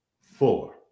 four